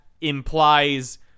implies